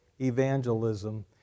evangelism